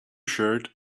shirt